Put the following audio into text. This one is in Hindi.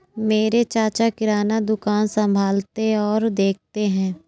मेरे चाचा किराना दुकान संभालते और देखते हैं